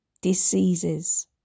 diseases